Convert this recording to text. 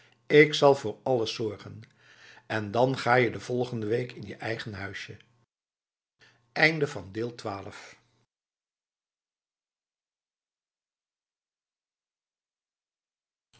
ik zal voor alles zorgen en dan ga je de volgende week in je eigen huisje